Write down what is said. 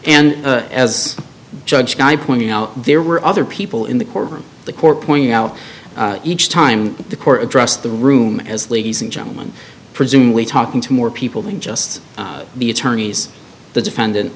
and as judge guy pointing out there were other people in the courtroom the core pointing out each time the court addressed the room as ladies and gentleman presumably talking to more people than just the attorneys the defendant